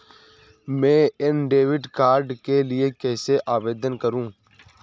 मैं नए debit card के लिए कैसे आवेदन करूं?